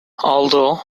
although